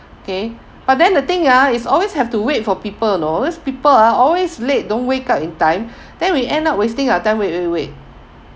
okay but then the thing ah is always have to wait for people you know this people ah always late don't wake up in time then we end up wasting our time wait wait wait